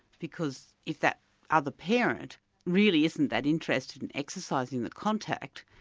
because if that other parent really isn't that interested in exercising the contact,